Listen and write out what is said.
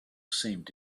seemed